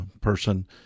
person